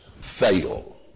fail